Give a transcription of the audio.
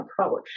approach